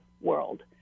world